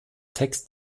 text